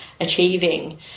achieving